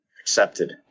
accepted